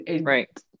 Right